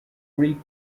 greek